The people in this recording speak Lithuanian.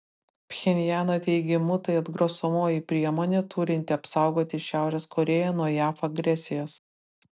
pchenjano teigimu tai atgrasomoji priemonė turinti apsaugoti šiaurės korėją nuo jav agresijos